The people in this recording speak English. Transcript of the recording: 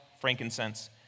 frankincense